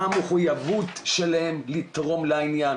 מה המחויבות שלהם לתרום לעניין.